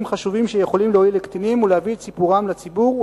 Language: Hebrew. חשובים שיכולים להועיל לקטינים ולהביא את סיפורם לציבור,